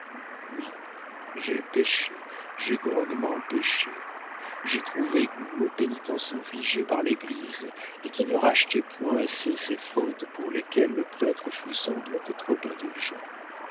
oui j'ai péché j'ai grandement péché j'ai trouvé goût aux pénitences infligées par l'église et qui ne rachetaient point assez ces fautes pour lesquelles le prêtre fut sans doute trop indulgent